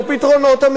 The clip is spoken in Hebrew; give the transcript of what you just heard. לא זכותה, זו חובתה.